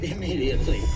Immediately